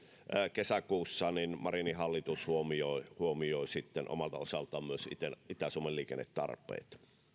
kesäkuussa hallitus huomioi huomioi omalta osaltaan myös itä itä suomen liikennetarpeita